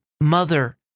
mother